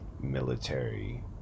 military